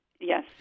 yes